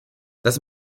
das